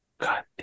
God